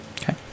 Okay